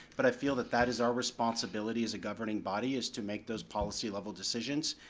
but i feel that that is our responsibility as a governing body is to make those policy level decisions.